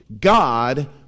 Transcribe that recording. God